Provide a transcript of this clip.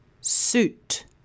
suit